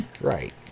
right